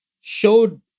showed